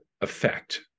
effect